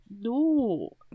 no